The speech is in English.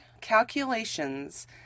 calculations